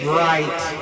right